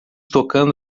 tocando